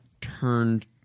turned